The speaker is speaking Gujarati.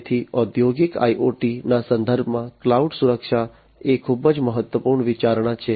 તેથી ઔદ્યોગિક IoT ના સંદર્ભમાં ક્લાઉડ સુરક્ષા એ ખૂબ જ મહત્વપૂર્ણ વિચારણા છે